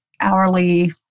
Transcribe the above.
hourly